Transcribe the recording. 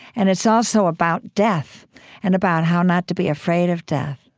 and it's also about death and about how not to be afraid of death